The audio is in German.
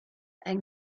ein